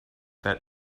that